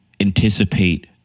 anticipate